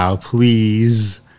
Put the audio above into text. Please